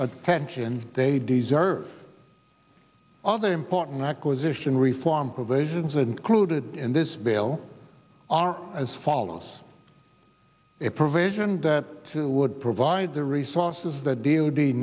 attention they deserve other important acquisition reform provisions included in this bill are as follows a provision that would provide the resources that deal d